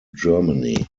germany